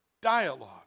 dialogue